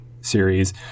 series